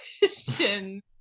question